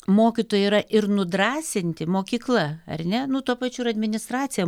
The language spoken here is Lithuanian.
mokytojai yra ir nudrąsinti mokykla ar ne nu tuo pačiu ir administracija